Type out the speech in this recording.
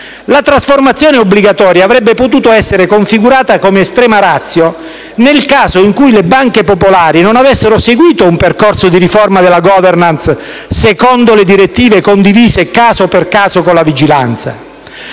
La trasformazione obbligatoria avrebbe potuto essere configurata come *extrema ratio* nel caso in cui le banche popolari non avessero seguito un percorso di riforma della *governance*, secondo le direttive condivise caso per caso con la vigilanza.